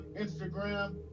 Instagram